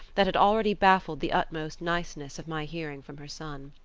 that had already baffled the utmost niceness of my hearing from her son.